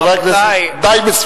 חברי הכנסת די מסודרים.